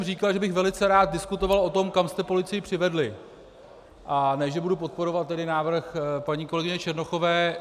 Říkal jsem, že bych velice rád diskutoval o tom, kam jste policii přivedli, a ne že budu podporovat návrh paní kolegyně Černochové.